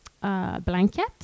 blanket